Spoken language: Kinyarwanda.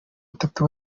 atatu